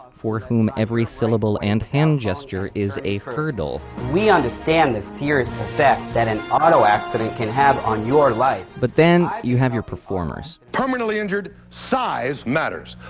for whom every syllable and hand gesture is a hurdle we understand the serious effects that an auto accident can have on your life but then you have your performers preliminary injured? size matters!